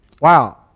Wow